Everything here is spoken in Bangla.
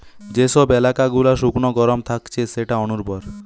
যে সব এলাকা গুলা শুকনো গরম থাকছে সেটা অনুর্বর